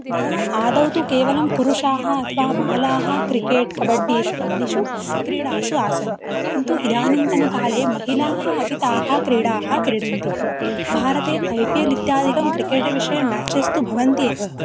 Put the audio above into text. नाम आदौ तु केवलं पुरुषाः अथवा बालाः क्रिकेट् कबड्डि इत्यादिषु क्रीडासु आसन् किन्तु इदानीन्तनकाले महिलाः अपि ताः क्रीडाः क्रीडन्ति भारते ऐ पि एल् इत्यादिकं क्रिकेट् विषये म्याचेस् तु भवन्ति एव